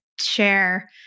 share